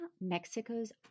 mexico's